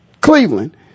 Cleveland